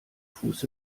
fuß